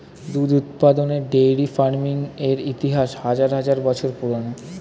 দুধ উৎপাদন dairy farming এর ইতিহাস হাজার হাজার বছর পুরানো